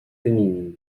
féminine